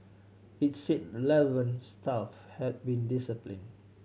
it said relevant staff had been disciplined